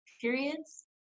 periods